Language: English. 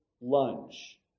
lunch